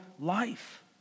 life